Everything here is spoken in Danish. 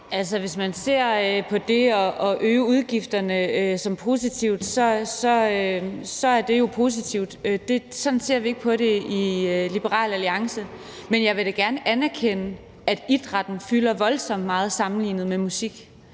hvis man ser på det at øge udgifterne som noget positivt, så er det jo positivt. Sådan ser vi ikke på det i Liberal Alliance. Men jeg vil da gerne anerkende, at idrætten fylder voldsomt meget sammenlignet med musik.